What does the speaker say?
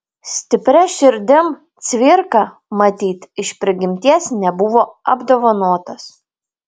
stipria širdim cvirka matyt iš prigimties nebuvo apdovanotas